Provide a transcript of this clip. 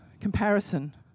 comparison